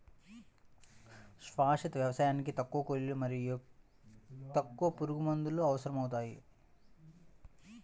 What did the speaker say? శాశ్వత వ్యవసాయానికి తక్కువ కూలీలు మరియు తక్కువ పురుగుమందులు అవసరమవుతాయి